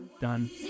Done